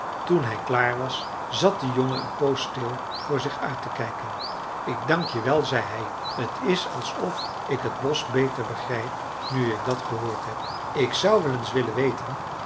toen hij klaar was zat de jongen een poos stil voor zich uit te kijken ik dank je wel zei hij t is alsof ik het bosch beter begrijp nu ik dat gehoord heb ik zou wel eens willen weten